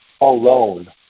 alone